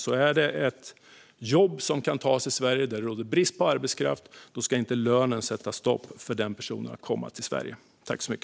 Om det är ett jobb där det råder brist på arbetskraft i Sverige ska inte lönen hindra personer att komma till Sverige.